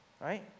right